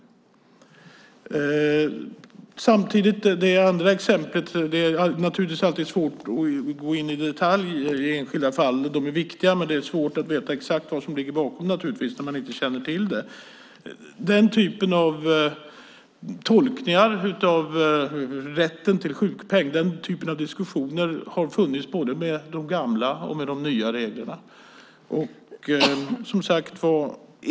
När det gäller det andra exemplet är det naturligtvis alltid svårt att gå in i detalj i enskilda fall. De är viktiga, men det är naturligtvis svårt att veta exakt vad som ligger bakom när man inte känner till dem. Men den typen av diskussioner om tolkningar av rätten till sjukpenning har funnits både med de gamla och med de nya reglerna.